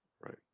Right